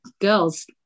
girls